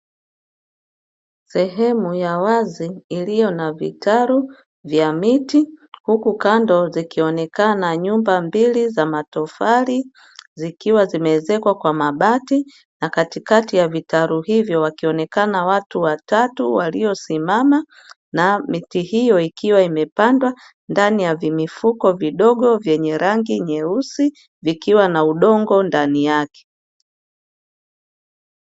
Sehemu ya wazi iliyo na vitalu vya miti, huku kando zikionekana nyumba mbili za matofali, zikiwa zimeezekwa kwa mabati na katikati ya vitalu hivyo wakionekana watu watatu waliosimama, na miti hiyo ikiwa imepandwa ndani ya vimifuko vidogo vyenye rangi nyeusi, vikiwa na udongo ndani yake.